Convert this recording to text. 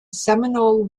seminole